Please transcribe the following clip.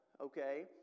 okay